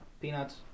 peanuts